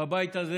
בבית הזה